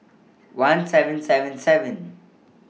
one seven seven seven